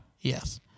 Yes